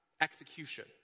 execution